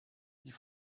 die